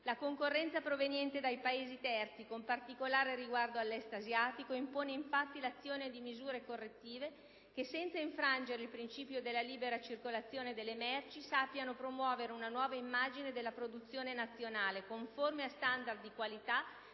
La concorrenza proveniente dai Paesi terzi, con particolare riguardo all'Est asiatico, impone infatti l'azione di misure correttive, che, senza infrangere il principio della libera circolazione delle merci, sappiano promuovere una nuova immagine della produzione nazionale, conforme a standard di qualità